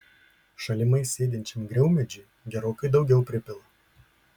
šalimais sėdinčiam griaumedžiui gerokai daugiau pripila